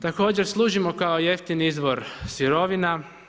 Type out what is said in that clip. Također služimo kao jeftini izvor sirovina.